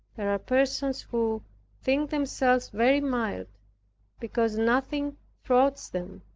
there are persons who think themselves very mild because nothing thwarts them.